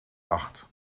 acht